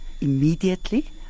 immediately